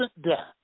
death